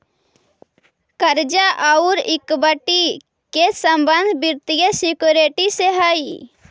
कर्जा औउर इक्विटी के संबंध वित्तीय सिक्योरिटी से हई